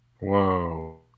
Whoa